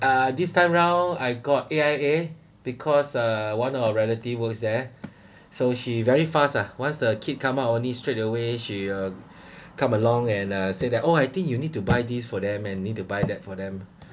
uh this time round I got A_I_A because uh one of relatives works there so she very fast ah once the kid come out only straight away she uh come along and uh say that oh I think you need to buy these for them and need to buy that for them